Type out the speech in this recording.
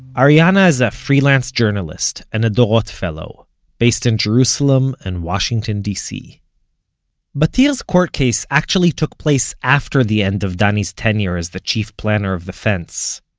arianna is a freelance journalist and a dorot fellow based in jerusalem and washington dc battir's court case actually took place after the end of danny's tenure as the chief planner of the fence.